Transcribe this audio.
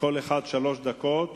לכל אחד שלוש דקות.